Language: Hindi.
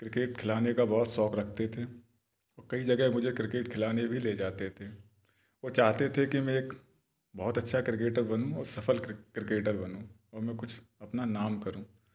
क्रिकेट खिलाने का बहोत शौक रखते थे कई जगह मुझे क्रिकेट खिलाने भी ले जाते थे वह चाहते थे कि मैं एक बहुत अच्छा क्रिकेटर बनूँ और सफल क्रिकेटर बनूँ और मैं कुछ अपना नाम करूँ